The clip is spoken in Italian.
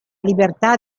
libertà